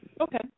Okay